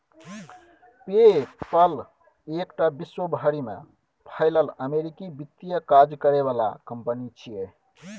पे पल एकटा विश्व भरि में फैलल अमेरिकी वित्तीय काज करे बला कंपनी छिये